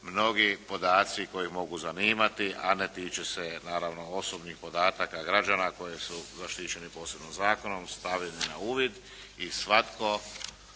mnogi podaci koji mogu zanimati, a ne tiču se naravno osobnih podataka građana koji su zaštićeni posebnim zakonom stavljeni na uvid i svatko